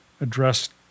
addressed